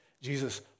Jesus